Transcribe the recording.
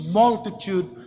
multitude